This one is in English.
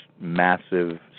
massive